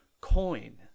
coin